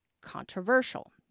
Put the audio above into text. controversial